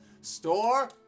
store